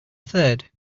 third